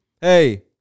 hey